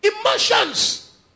Emotions